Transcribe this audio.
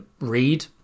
read